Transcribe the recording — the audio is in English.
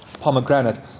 pomegranate